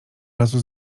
razu